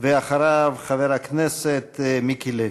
אחריו, חבר הכנסת מיקי לוי.